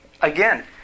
Again